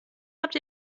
habt